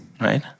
Right